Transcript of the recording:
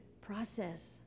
process